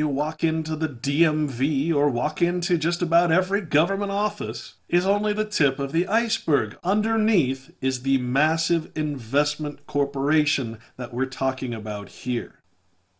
you walk into the d m v or walk into just about every government office is only the tip of the iceberg underneath is the massive investment corporation that we're talking about here